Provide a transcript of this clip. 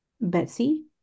Betsy